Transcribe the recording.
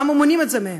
למה מונעים את זה מהם?